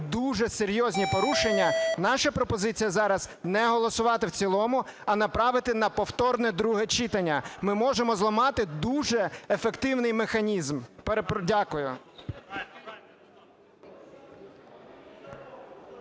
дуже серйозні порушення, наша пропозиція зараз не голосувати в цілому, а направити на повторне друге читання. Ми можемо зламати дуже ефективний механізм. Дякую.